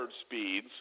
speeds